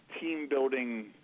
team-building